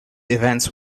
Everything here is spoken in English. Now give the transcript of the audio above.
events